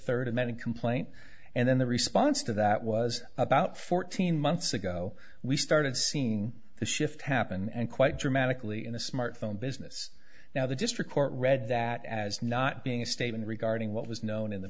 third amended complaint and then the response to that was about fourteen months ago we started seeing the shift happen and quite dramatically in the smartphone business now the district court read that as not being a statement regarding what was known in the